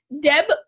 Deb